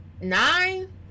nine